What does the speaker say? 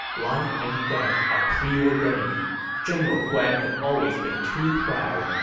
life and death are preordained general guan had always been too proud,